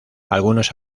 algunos